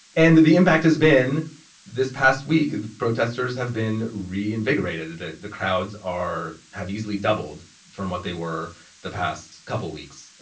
and the the impact has been this past week, the protesters have been reinvigorated. the the crowds are have easily doubled from what they were the past couple weeks. and